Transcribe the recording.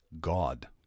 God